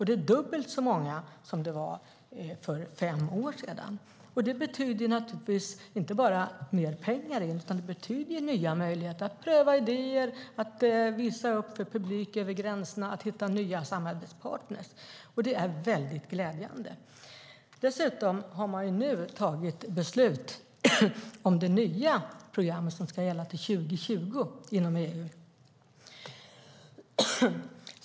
Det är dubbelt så många som det var för fem år sedan. Det betyder inte bara mer pengar in, utan det betyder nya möjligheter att pröva idéer, att visa upp för publik över gränserna, att hitta nya samarbetspartner. Det är väldigt glädjande. Dessutom har man nu tagit beslut om det nya program som ska gälla till 2020 inom EU.